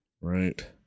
Right